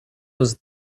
was